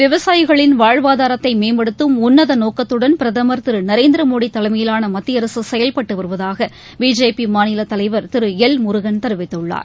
விவசாயிகளின் வாழ்வாதாரத்தை மேம்படுத்தும் உன்னத நோக்கத்துடன் பிரதுர் திரு நரேந்திர மோடி தலைமையிலான மத்திய அரசு செயல்பட்டு வருவதாக பிஜேபி மாநிலத் தலைவர் திரு எல் முருகன் தெரிவித்துள்ளார்